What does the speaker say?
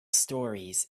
stories